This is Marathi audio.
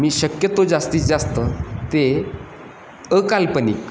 मी शक्यतो जास्तीत जास्त ते अकाल्पनिक